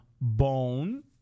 bone